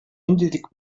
eindeutiger